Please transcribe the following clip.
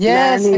Yes